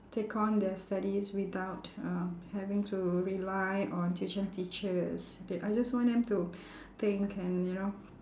take on their studies without uh having to rely on tuition teachers they I just want them to think and you know